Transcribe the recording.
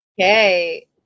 Okay